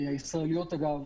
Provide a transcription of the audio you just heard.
הישראליות, אגב,